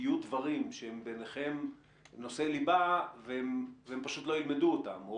יהיו דברים שהם בעיניכם נושאי ליבה והם פשוט לא ילמדו אותם?